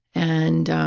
and,